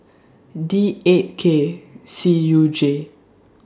D eight K C U J